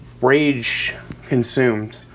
rage-consumed